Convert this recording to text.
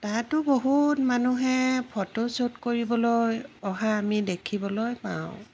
তাতো বহুত মানুহে ফটোশ্বুট কৰিবলৈ অহা আমি দেখিবলৈ পাওঁ